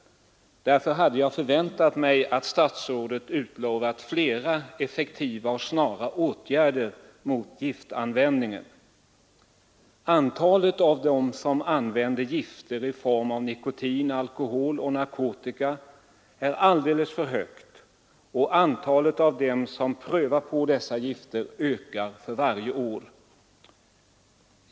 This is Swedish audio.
Därför hade jag förväntat mig att statsrådet skulle ha utlovat flera effektiva och snara åtgärder mot giftanvändning. Antalet av dem som använder gifter i form av nikotin, alkohol och narkotika är alldeles för högt, och det antal som prövar på dessa gifter ökar för varje år.